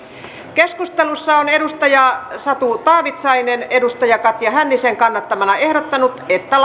keskustelussa on satu taavitsainen katja hännisen kannattamana ehdottanut että